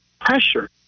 pressure